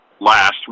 last